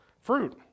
fruit